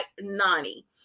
Nani